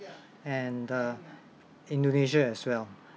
and uh indonesia as well